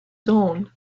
dawn